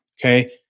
Okay